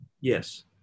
Yes